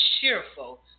cheerful